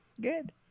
Good